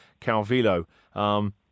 Calvillo